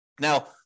Now